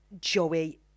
Joey